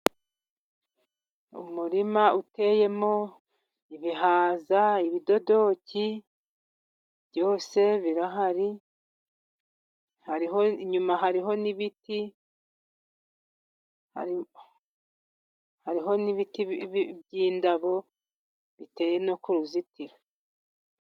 Umurima uteyemo ibihaza, ibidodoki, byose birahari, inyuma hariho n'ibiti, hariho n'ibiti by'indabo biteye no ku ruzitiro.